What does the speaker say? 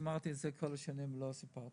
שמרתי את זה במשך כל השנים בסוד ולא סיפרתי,